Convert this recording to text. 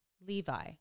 Levi